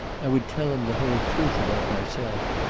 i would tell him the whole truth about myself.